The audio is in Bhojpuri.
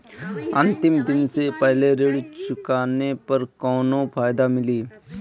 अंतिम दिन से पहले ऋण चुकाने पर कौनो फायदा मिली?